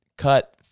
Cut